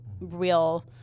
real